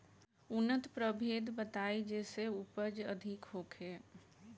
उन्नत प्रभेद बताई जेसे उपज अधिक होखे?